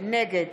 נגד